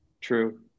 true